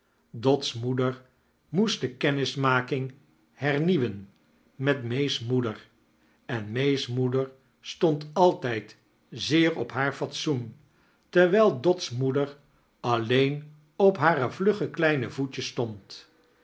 dot's moeder moest de kmnismaking hernieuwen met may's moedec en may's moeder stand altijd zeer op haar fatsoen terwijl dot's moeder alleen op hare vlugge kleine voetjes stand